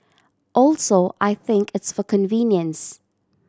also I think it's for convenience